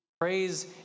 Praise